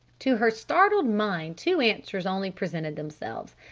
to her startled mind two answers only presented themselves.